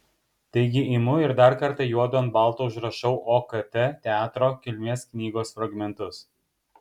taigi imu ir dar kartą juodu ant balto užrašau okt teatro kilmės knygos fragmentus